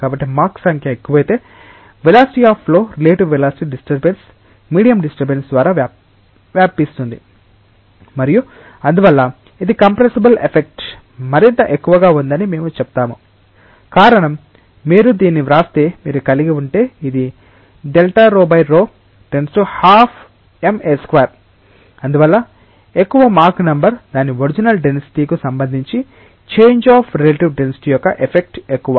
కాబట్టి మాక్ సంఖ్య ఎక్కువైతే velocity of flow relative velocity disturbance medium disturbance ద్వార వ్యాపిస్తుంది మరియు అందువల్ల ఇది కంప్రెస్సబుల్ ఎఫెక్ట్ మరింత ఎక్కువగా ఉందని మేము చెప్తాము కారణం మీరు దీన్ని వ్రాస్తే మీరు కలిగి ఉంటే ఇది Δ𝜌 p 1 2 Ma2 అందువల్ల ఎక్కువ మాక్ నెంబర్ దాని ఒరిజినల్ డెన్సిటీకు సంబంధించి చేంజ్ అఫ్ రిలేటివ్ డెన్సిటీ యొక్క ఎఫెక్ట్ ఎక్కువ